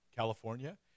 california